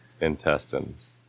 Intestines